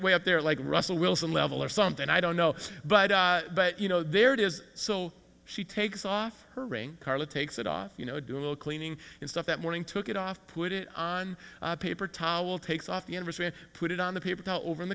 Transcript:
way up there like russell wilson level or something i don't know but but you know there it is so she takes off her ring carla takes it off you know do a little cleaning and stuff that morning took it off put it on paper towel takes off the anniversary and put it on the paper towel over in